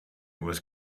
was